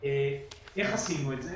איך עשינו את זה.